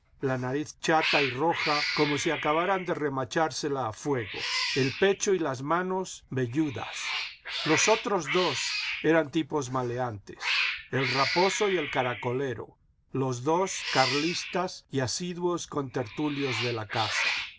la nariz chata y roja como si acabaran de remachársela a fuego el pecho y las manos velludas los otros dos eran tipos maleantes el raposo y el caracolero los dos carlistas y asiduos contertulios de la casa